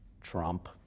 Trump